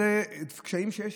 אלה קשיים שיש.